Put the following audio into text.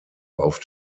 auf